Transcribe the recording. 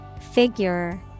Figure